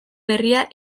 berria